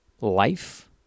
life